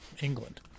England